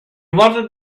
wanted